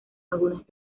algunas